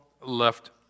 left